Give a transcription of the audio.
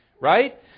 Right